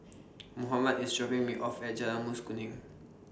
Mohammed IS dropping Me off At Jalan Mas Kuning